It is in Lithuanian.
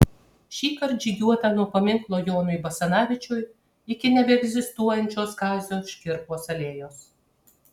šįkart žygiuota nuo paminklo jonui basanavičiui iki nebeegzistuojančios kazio škirpos alėjos